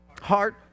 heart